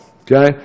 Okay